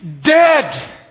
dead